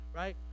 right